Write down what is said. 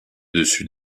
dessus